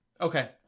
Okay